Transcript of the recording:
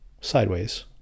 sideways